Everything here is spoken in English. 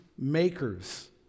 Makers